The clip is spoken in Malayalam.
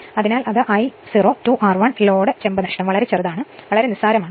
അതിനാൽ അത് I0 2 R1 ലോഡ് ചെമ്പ് നഷ്ടം വളരെ ചെറുതാണ് നിസാരമാണ്